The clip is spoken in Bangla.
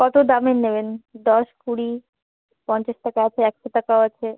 কতো দামের নেবেন দশ কুড়ি পঞ্চাশ টাকা আছে একশো টাকাও আছে